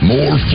More